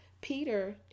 Peter